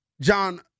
John